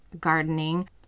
gardening